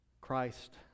Christ